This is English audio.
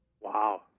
Wow